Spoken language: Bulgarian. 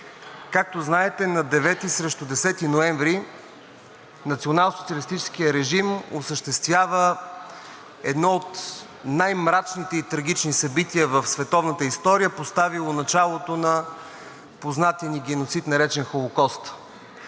Както знаете, на 9 срещу 10 ноември националсоциалистическият режим осъществява едно от най мрачните и трагични събития в световната история, поставило началото на познатия ни геноцид, наречен Холокост